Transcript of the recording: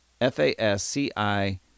f-a-s-c-i